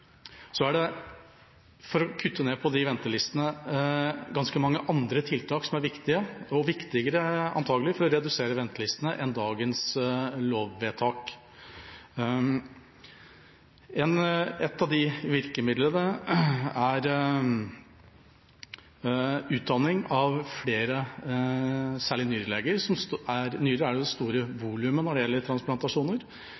Det er ganske mange andre tiltak som er viktige – og viktigere, antagelig – for å redusere ventelistene enn dagens lovvedtak. Et av de virkemidlene er utdanning av flere, særlig nyreleger – nyrer er det store volumet når det gjelder transplantasjoner